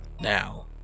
now